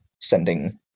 sending